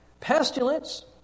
Pestilence